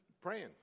praying